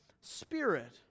Spirit